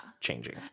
changing